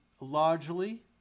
largely